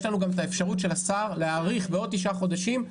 יש לנו גם האפשרות של השר להאריך בעוד תשעה חודשים,